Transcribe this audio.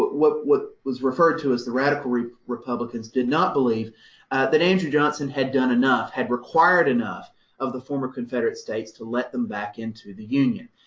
what what was referred to as the radical republicans did not believe that andrew johnson had done enough, had required enough of the former confederate states, to let them back into the union.